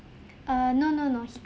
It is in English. err no no no he